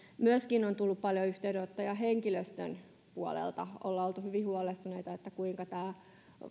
on tullut paljon yhteydenottoja myöskin henkilöstön puolelta ollaan oltu hyvin huolestuneita siitä kuinka tämä